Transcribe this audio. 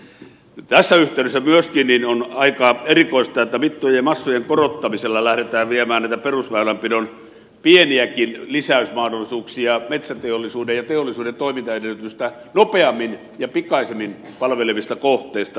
nyt tässä yhteydessä myöskin on aika erikoista että mittojen ja massojen korottamisella lähdetään viemään näitä perusväylänpidon pieniäkin lisäysmahdollisuuksia metsäteollisuuden ja teollisuuden toimintaedellytystä nopeammin ja pikaisemmin palvelevista kohteista